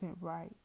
right